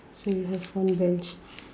so you have one bench